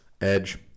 Edge